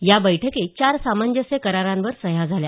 या बैठकीत चार सामंजस्य करारावर सह्या झाल्या